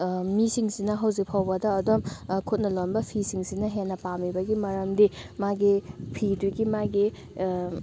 ꯃꯤꯁꯤꯡꯁꯤꯅ ꯍꯧꯖꯤꯛ ꯐꯥꯎꯕꯗ ꯑꯗꯨꯝ ꯈꯨꯠꯅ ꯂꯣꯟꯕ ꯐꯤꯁꯤꯡꯁꯤꯅ ꯍꯦꯟꯅ ꯄꯥꯝꯃꯤꯕꯒꯤ ꯃꯔꯝꯗꯤ ꯃꯥꯒꯤ ꯐꯤꯗꯨꯒꯤ ꯃꯥꯒꯤ